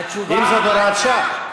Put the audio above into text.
אז זו הוראת שעה.